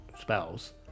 spells